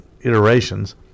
iterations